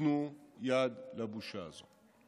תיתנו יד לבושה הזאת.